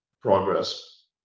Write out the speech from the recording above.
progress